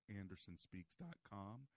andersonspeaks.com